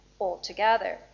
altogether